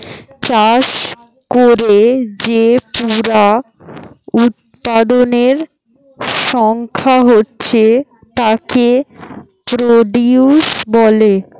চাষ কোরে যে পুরা উৎপাদনের সংখ্যা হচ্ছে তাকে প্রডিউস বলে